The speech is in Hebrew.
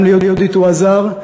גם ליהודית הוא עזר,